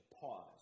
pause